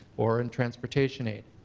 or in transportation aid.